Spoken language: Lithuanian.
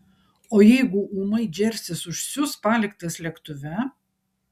o jeigu ūmai džersis užsius paliktas lėktuve